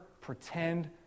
pretend